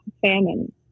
famine